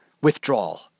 withdrawal